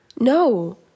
no